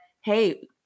hey